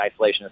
isolationist